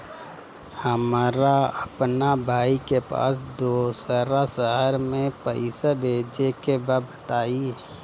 हमरा अपना भाई के पास दोसरा शहर में पइसा भेजे के बा बताई?